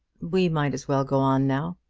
we might as well go on now.